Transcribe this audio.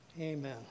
Amen